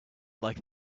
like